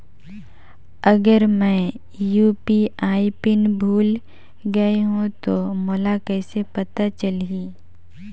अगर मैं UPI PIN भुल गये हो तो मोला कइसे पता चलही?